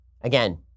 Again